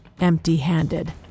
empty-handed